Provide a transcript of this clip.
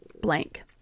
blank